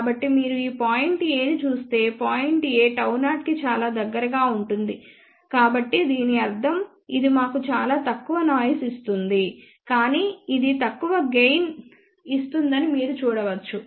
కాబట్టి మీరు point A ని చూస్తే ఈ పాయింట్ A Γ0 కి చాలా దగ్గరగా ఉంటుంది కాబట్టి దీని అర్థం ఇది మాకు చాలా తక్కువ నాయిస్ ఇస్తుంది కానీ ఇది తక్కువ గెయిన్ ఇస్తుందని మీరు చూడవచ్చు